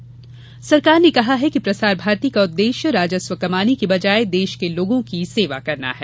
प्रसार भारती सरकार ने कहा है कि प्रसार भारती का उद्देश्य राजस्व कमाने की बजाय देश के लोगों की सेवा करना है